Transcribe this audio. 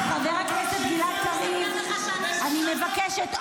חבר הכנסת גלעד קריב, אני מבקשת.